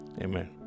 Amen